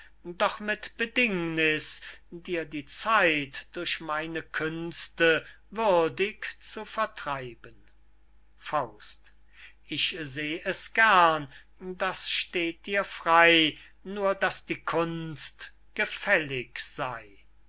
doch mit bedingniß dir die zeit durch meine künste würdig zu vertreiben ich seh es gern das steht dir frey nur daß die kunst gefällig sey